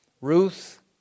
Ruth